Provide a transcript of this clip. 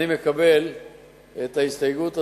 אני מקבל את ההסתייגות הזאת,